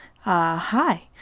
hi